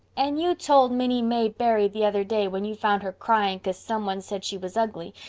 and you told minnie may barry the other day, when you found her crying cause some one said she was ugly,